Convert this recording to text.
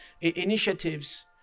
initiatives